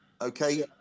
okay